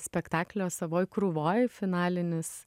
spektaklio savoje krūvoje finalinis